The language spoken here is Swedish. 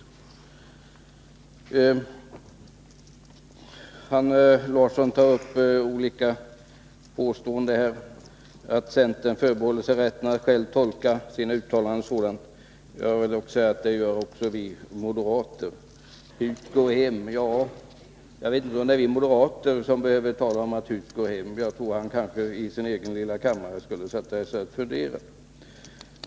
Einar Larsson tar upp olika påståenden om att centern förbehåller sig rätten att själv tolka sina uttalanden. Jag vill dock säga att det gör också vi moderater. Hut går hem. Ja, jag vet inte om det är vi moderater som behöver tala om att hut går hem. Jag tror att Einar Larsson kanske skulle sätta sig i sin egen lilla kammare och fundera.